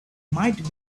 might